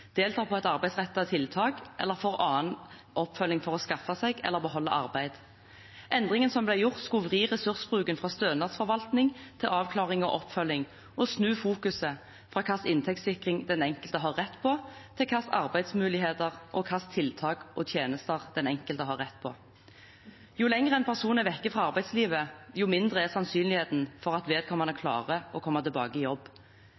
deltar på et arbeidsrettet tiltak eller får annen oppfølging for å skaffe seg eller beholde arbeid. Endringen som ble gjort, skulle vri ressursbruken fra stønadsforvaltning til avklaring og oppfølging, og snu fokuset fra hvilken inntektssikring den enkelte har rett på, til hvilke arbeidsmuligheter og hvilke tiltak og tjenester den enkelte har rett på. Jo lenger en person er borte fra arbeidslivet, jo mindre er sannsynligheten for at vedkommende klarer å komme tilbake i jobb.